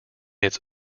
its